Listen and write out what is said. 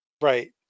right